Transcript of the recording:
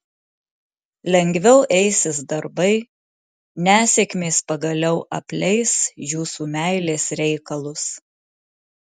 lengviau eisis darbai nesėkmės pagaliau apleis jūsų meilės reikalus